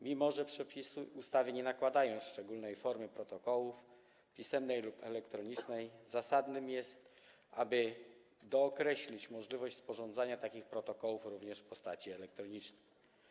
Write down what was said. Mimo że przepisy ustawy nie nakładają szczególnej formy protokołów, pisemnej lub elektronicznej, zasadne jest, aby dookreślić możliwość sporządzania takich protokołów również w postaci elektronicznej.